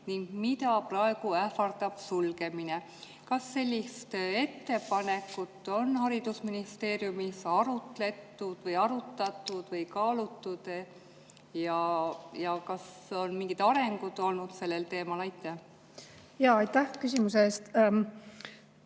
ning mida praegu ähvardab sulgemine. Kas sellist ettepanekut on haridusministeeriumis arutatud või kaalutud? Kas on mingid arengud olnud sellel teemal? Aitäh küsimuse eest!